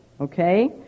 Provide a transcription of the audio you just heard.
okay